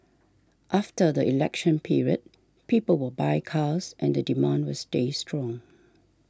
after the election period people will buy cars and the demand will stay strong